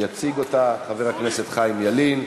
יציג אותה חבר הכנסת חיים ילין,